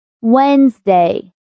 Wednesday